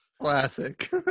classic